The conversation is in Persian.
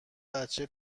بچه